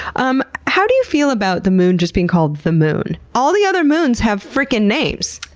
um how do you feel about the moon just being called the moon? all the other moons have frickin' names!